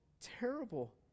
terrible